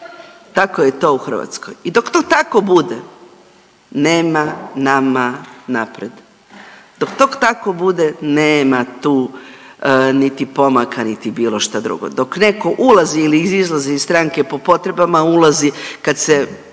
Tako je to u Hrvatskoj. I dok to tako bude nema nama napred. Dok to tako bude nema tu niti pomaka niti bilo šta drugo. Dok neko ulazi ili izlazi po potrebama, a ulazi kad su